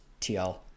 TL